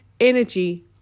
energy